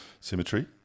symmetry